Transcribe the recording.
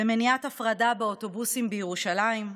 במניעת הפרדה באוטובוסים בירושלים,